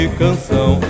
canção